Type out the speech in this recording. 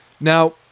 Now